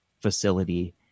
facility